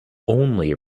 only